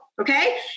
Okay